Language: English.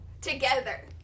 Together